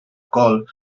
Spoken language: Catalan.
col